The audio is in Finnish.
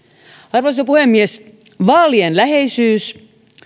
arvoisa puhemies vaalien läheisyys